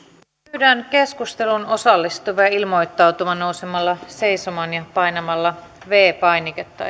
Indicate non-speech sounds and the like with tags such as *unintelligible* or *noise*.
pyydän keskusteluun osallistuvia ilmoittautumaan nousemalla seisomaan ja painamalla viides painiketta *unintelligible*